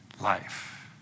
life